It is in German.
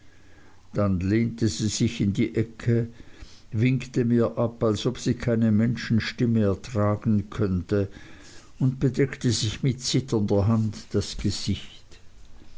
dann lehnte sie sich in die ecke winkte mir ab als ob sie keine menschenstimme ertragen könnte und bedeckte sich mit zitternder hand das gesicht